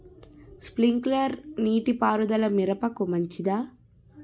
Sprinkler నీటిపారుదల మిరపకు మంచిదా?